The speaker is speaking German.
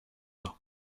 noch